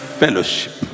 fellowship